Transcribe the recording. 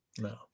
no